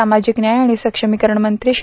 सामाजिक न्याय आणि सक्षमीकरण मंत्री श्री